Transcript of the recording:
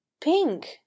Pink